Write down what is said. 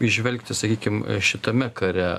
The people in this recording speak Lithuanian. įžvelgti sakykim šitame kare